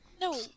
No